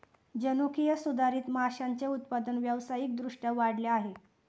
जनुकीय सुधारित माशांचे उत्पादन व्यावसायिक दृष्ट्या वाढले आहे